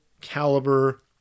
caliber